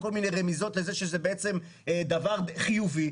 בכל מיני רמיזות לזה שזה בעצם דבר חיובי,